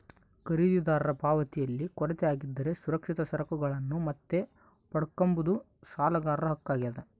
ಖರೀದಿದಾರರ ಪಾವತಿಯಲ್ಲಿ ಕೊರತೆ ಆಗಿದ್ದರೆ ಸುರಕ್ಷಿತ ಸರಕುಗಳನ್ನು ಮತ್ತೆ ಪಡ್ಕಂಬದು ಸಾಲಗಾರರ ಹಕ್ಕು ಆಗ್ಯಾದ